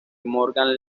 morgan